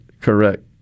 correct